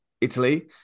Italy